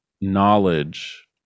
knowledge